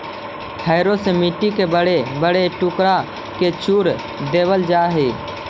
harrow से मट्टी के बड़े बड़े टुकड़ा के चूर देवल जा हई